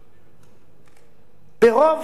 ברוב של שניים נגד אחד,